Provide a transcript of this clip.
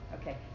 Okay